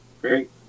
great